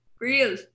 real